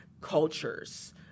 cultures